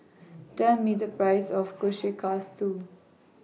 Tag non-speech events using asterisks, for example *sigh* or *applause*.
*noise* Tell Me The Price of Kushikatsu